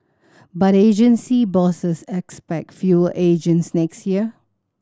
but agency bosses expect fewer agents next year